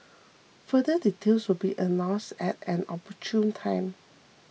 further details will be announced at an opportune time